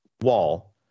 wall